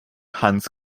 hans